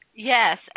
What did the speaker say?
Yes